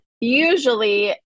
usually